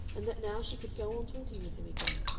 and that now she could go on talking with him again,